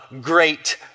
great